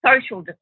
social